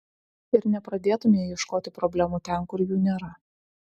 ir nepradėtumei ieškoti problemų ten kur jų nėra